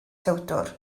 tewdwr